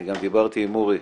אני גם דיברתי עם אוּרי,